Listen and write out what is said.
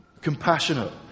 compassionate